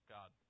God